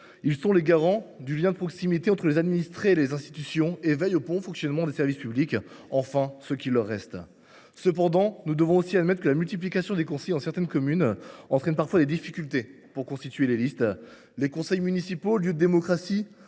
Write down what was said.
sont les garants du lien de proximité entre les administrés et les institutions. Ils veillent au bon fonctionnement des services publics, du moins ceux qu’il leur reste. Toutefois, nous devons aussi admettre que la multiplication des conseillers entraîne parfois, dans certaines communes, des difficultés à constituer les listes. Les conseils municipaux, lieux de démocratie,